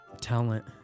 talent